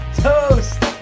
Toast